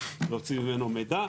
להוציא ממנו מידע.